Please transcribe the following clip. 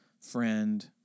friend